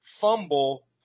fumble